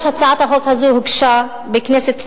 הצעת החוק הזאת הוגשה בכנסת הקודמת,